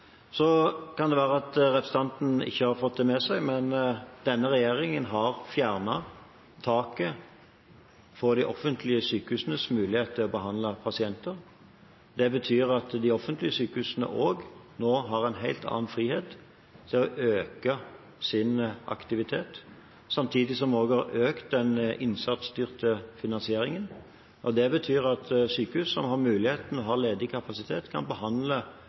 kan være at representanten ikke har fått det med seg, men denne regjeringen har fjernet taket for de offentlige sykehusenes mulighet til å behandle pasienter. Det betyr at de offentlige sykehusene nå har en helt annen frihet til å øke sin aktivitet, samtidig som vi også har økt den innsatsstyrte finansieringen. Det betyr at sykehus som har mulighet og ledig kapasitet, kan behandle